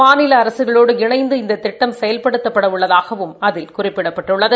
முாநில அரசுகளோடு இணைந்து இநத திட்டம் செயல்படுத்தப்பட உள்ளதாவும் அதில் குறிப்பிடப்பட்டள்ளது